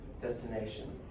destination